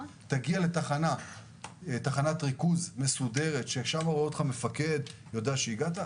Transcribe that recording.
תגיע לתחנת ריכוז מסודרת ששם רואה אותך מפקד ויודע שהגעת,